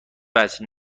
وجه